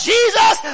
Jesus